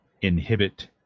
inhibit